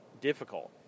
difficult